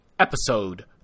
Episode